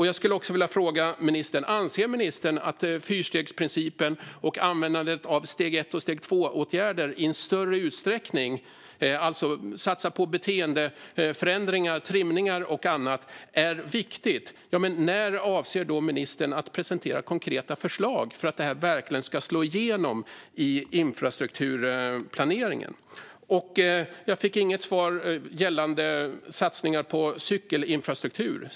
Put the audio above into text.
Jag skulle också vilja fråga ministern om han anser att fyrstegsprincipen och användandet av steg ett och steg två-åtgärder i en större utsträckning, alltså beteendeförändringar, trimningar och annat, är viktigt. När avser i så fall ministern att presentera konkreta förslag för att detta verkligen ska slå igenom i infrastrukturplaneringen? Jag fick inget svar gällande satsningar på cykelinfrastruktur.